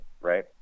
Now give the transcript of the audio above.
right